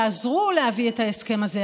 יעזרו להביא את ההסכם הזה,